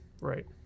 right